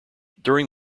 during